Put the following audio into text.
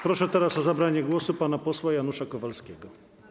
Proszę teraz o zabranie głosu pana posła Janusza Kowalskiego.